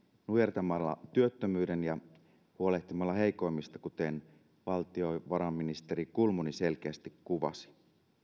nujertamalla työttömyyden ja huolehtimalla heikoimmista kuten valtiovarainministeri kulmuni selkeästi kuvasi